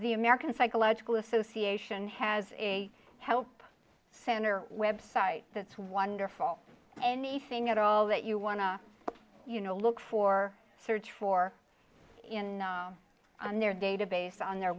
the american psychological association has a help center web site that's wonderful anything at all that you want to you know look for search for in on their database on their